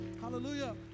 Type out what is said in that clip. hallelujah